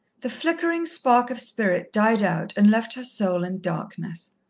the flickering spark of spirit died out and left her soul in darkness.